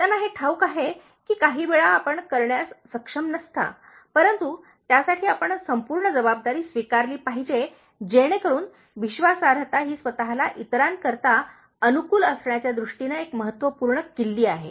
त्यांना हे ठाऊक आहे की काही वेळा आपण करण्यास सक्षम नसता परंतु त्यासाठी आपण संपूर्ण जबाबदारी स्वीकारली पाहिजे जेणेकरून विश्वासार्हता ही स्वतःला इतरांकरिता अनुकूल करण्याच्या दृष्टीने एक महत्त्वपूर्ण किल्ली आहे